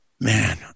man